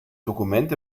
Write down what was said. dokument